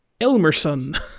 elmerson